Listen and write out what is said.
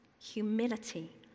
humility